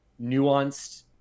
nuanced